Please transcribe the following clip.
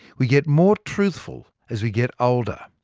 we get more truthful as we get older.